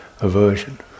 aversion